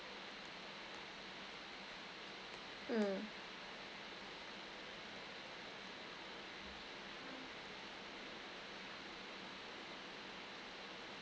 mm